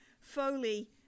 Foley